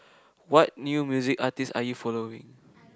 what new music artist are you following